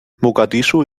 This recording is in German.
mogadischu